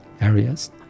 areas